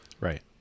Right